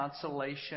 consolation